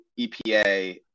EPA